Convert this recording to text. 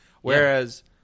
Whereas